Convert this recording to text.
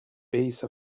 base